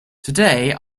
today